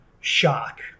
shock